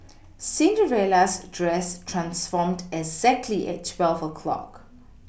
Cinderella's dress transformed exactly at twelve o' clock